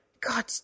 god